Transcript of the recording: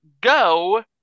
Go